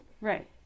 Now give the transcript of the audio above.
right